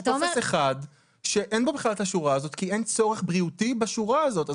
יש טופס אחד שאין בו בכלל השורה הזאת כי אין צורך בריאותי בשורה הזאת.